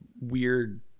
weird